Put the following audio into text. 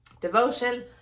Devotion